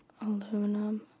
Aluminum